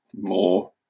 more